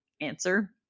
answer